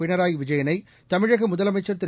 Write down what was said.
பினராயி விஜயளை தமிழக முதலமைச்சர் திரு